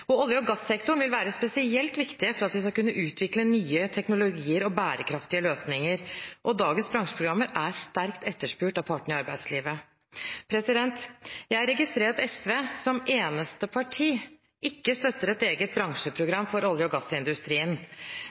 Olje- og gassektoren vil være spesielt viktig for at vi skal kunne utvikle nye teknologier og bærekraftige løsninger, og dagens bransjeprogrammer er sterkt etterspurt av partene i arbeidslivet. Jeg registrerer at SV som eneste parti ikke støtter et eget bransjeprogram for olje- og gassindustrien.